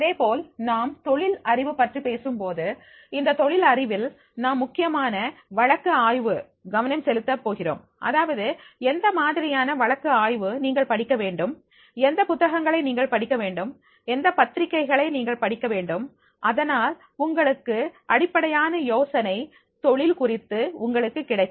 அதேபோல் நாம் தொழில் அறிவு பற்றி பேசும்போது இந்த தொழில் அறிவில் நாம் முக்கியமாக வழக்கு ஆய்வு கவனம் செலுத்தப் போகிறோம் அதாவது எந்த மாதிரியான வழக்கு ஆய்வு நீங்கள் படிக்க வேண்டும் எந்த புத்தகங்களை நீங்கள் படிக்க வேண்டும் எந்த பத்திரிகைகளை நீங்கள் படிக்க வேண்டும் அதனால் உங்களுக்கு அடிப்படையான யோசனை தொழில் குறித்து உங்களுக்கு கிடைக்கும்